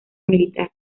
militar